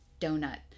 donut